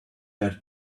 where